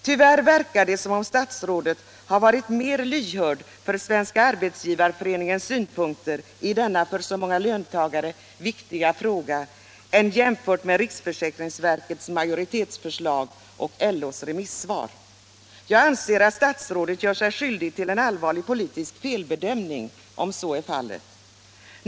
Tyvärr verkar det som om statsrådet har varit mer lyhörd för Svenska arbetsgivareföreningens synpunkter i denna för så många löntagare viktiga fråga än för riksförsäkringsverkets majoritetsförslag och LO:s remissvar. Jag anser att statsrådet gör sig skyldig till en allvarlig politisk felbedömning om så är fallet.